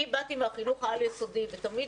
אני באתי מהחינוך העל יסודי ותמיד